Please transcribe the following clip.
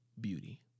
beauty